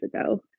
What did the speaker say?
ago